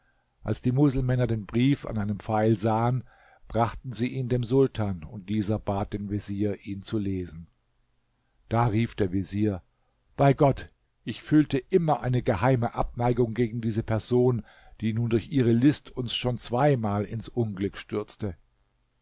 als die muselmänner den brief an einem pfeil sahen brachten sie ihn dem sultan und dieser bat den vezier ihn zu lesen da rief der vezier bei gott ich fühlte immer eine geheime abneigung gegen diese person die nun durch ihre list uns schon zweimal ins unglück stürzte